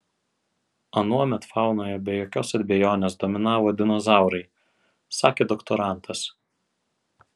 anuomet faunoje be jokios abejonės dominavo dinozaurai sakė doktorantas